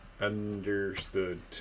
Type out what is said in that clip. Understood